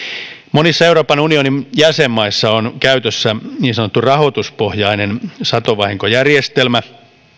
monissa euroopan unionin jäsenmaissa on käytössä niin sanottu rahoituspohjainen satovahinkojärjestelmä